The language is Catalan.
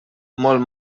molt